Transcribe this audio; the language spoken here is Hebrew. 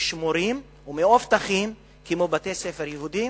שמורים ומאובטחים כמו בתי-ספר יהודיים,